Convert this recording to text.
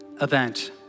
event